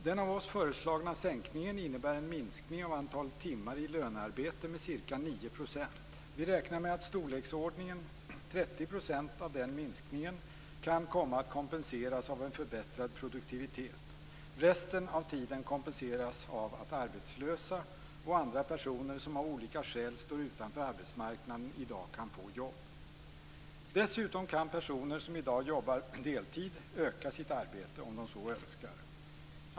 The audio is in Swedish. Den av oss föreslagna sänkningen innebär en minskning av antalet timmar i lönearbete med ca 9 %. Vi räknar med att något i storleksordningen 30 % av den minskningen kan komma att kompenseras av en förbättrad produktivitet. Resten av tiden kompenseras av att arbetslösa och andra personer som av olika skäl i dag står utanför arbetsmarknaden kan få jobb. Dessutom kan personer som i dag jobbar deltid öka sitt arbete om de så önskar.